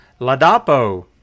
Ladapo